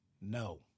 no